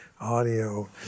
Audio